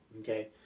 Okay